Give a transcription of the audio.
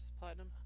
Platinum